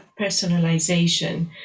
personalization